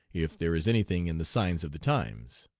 if there is anything in the signs of the times.